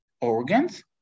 organs